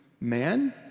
man